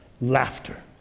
laughter